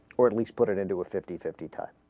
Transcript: or at least put it into a fifty fifty two